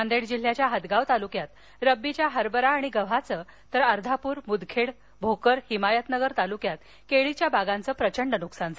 नांदेड जिल्ह्याच्या हदगाव तालुक्यात रब्बीच्या हरभरा आणि गव्हाचं तर अर्धापूर मुदखेड भोकर हिमायतनगर तालुक्यात केळीच्या बागांचं प्रचंड नुकसान झालं